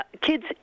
kids